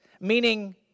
meaning